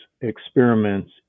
experiments